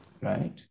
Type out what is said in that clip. right